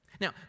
Now